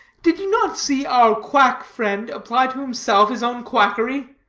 did you not see our quack friend apply to himself his own quackery?